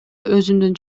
өзүмдүн